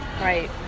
right